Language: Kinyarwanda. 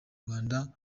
rwanda